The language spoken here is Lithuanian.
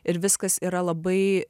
ir viskas yra labai